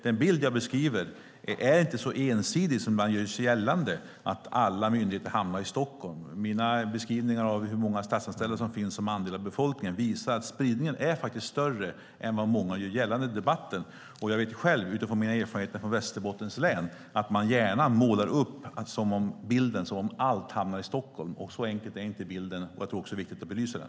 Den bild jag beskriver är inte så ensidig som man gör gällande, det vill säga att alla myndigheter hamnar i Stockholm. Mina beskrivningar av hur många statsanställda som finns som andel av befolkningen visar att spridningen faktiskt är större än vad många gör gällande i debatten. Jag vet själv utifrån mina erfarenheter från Västerbottens län att man gärna målar upp bilden att allt hamnar i Stockholm. Så enkel är inte bilden, och det är viktigt att belysa den.